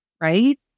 right